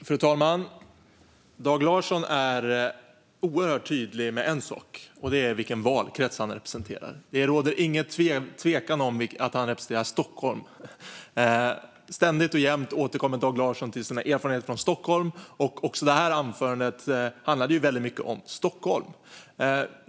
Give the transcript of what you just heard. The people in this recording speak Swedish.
Fru talman! Dag Larsson är oerhört tydlig med en sak, och det är vilken valkrets han representerar. Det råder ingen tvekan om att han representerar Stockholm. Ständigt och jämt återkommer Dag Larsson till sina erfarenheter från Stockholm. Även detta anförande handlade mycket om Stockholm.